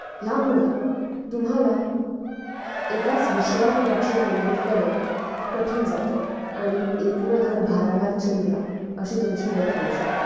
ह्यामुळे तुम्हाला एकाच विषयावर लक्ष केंद्रित करणं कठीण जातं आणि एक ना धड भाराभर चिंध्या अशी तुमची गत होऊ शकते